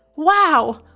wow!